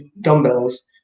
dumbbells